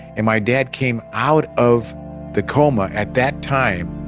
and my dad came out of the coma at that time.